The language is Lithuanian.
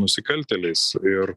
nusikaltėliais ir